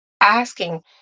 asking